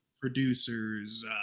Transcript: producers